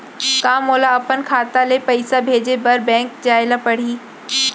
का मोला अपन खाता ले पइसा भेजे बर बैंक जाय ल परही?